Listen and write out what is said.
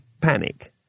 panic